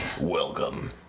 Welcome